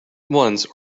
once